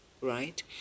right